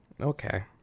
Okay